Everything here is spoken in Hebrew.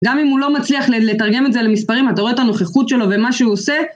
גם אם הוא לא מצליח ל.. לתרגם את זה למספרים, אתה רואה את הנוכחות שלו ומה שהוא עושה..